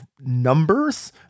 numbers